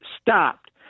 stopped